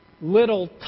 little